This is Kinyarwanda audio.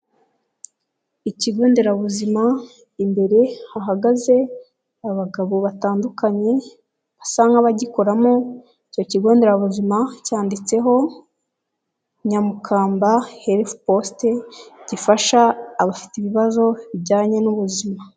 Ikigo nderabuzima imbere hahagaze abagabo batandukanye basanga bagikoramo, icyo kigo nderabuzima cyanditseho ''nyamukamba hellh poste'' gifasha abafite ibibazo bijyanye n'ubuzima.